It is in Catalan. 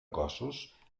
cossos